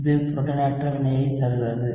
இது புரோட்டானேற்ற வினையை தருகிறது